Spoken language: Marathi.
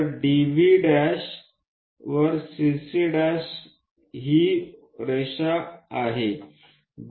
तर DV वर CC' ही रेषा आहे